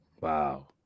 Wow